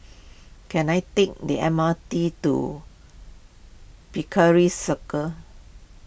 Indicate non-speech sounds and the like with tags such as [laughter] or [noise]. can I take the M R T to [unintelligible] Circus